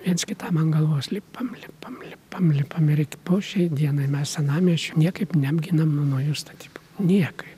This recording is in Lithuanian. viens kitam ant galvos lipam lipam lipam lipam ir iki po šiai dienai mes senamiesčio niekaip neapginam nuo naujų statybų niekaip